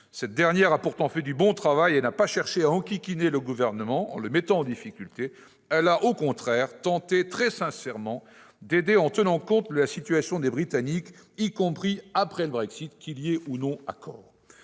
Cette dernière a pourtant fait du bon travail et n'a pas cherché à enquiquiner le Gouvernement en le mettant en difficulté. Elle a, au contraire, tenté très sincèrement d'aider en tenant compte de la situation des Britanniques, y compris après le Brexit, qu'il y ait ou non accord.